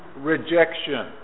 rejection